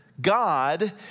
God